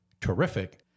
terrific